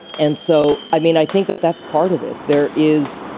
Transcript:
and so, i mean, i think that that's part of it. there is,